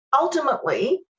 ultimately